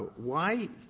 why